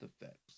effects